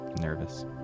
nervous